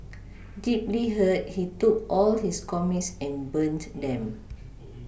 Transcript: deeply hurt he took all his comics and burnt them